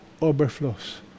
overflows